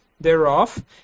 thereof